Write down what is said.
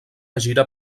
gira